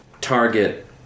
target